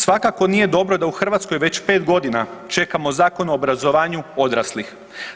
Svakako nije dobro da u Hrvatskoj već 5 godina čekamo zakon o obrazovanju odraslih.